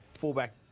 fullback